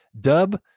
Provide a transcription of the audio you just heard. dub